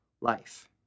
life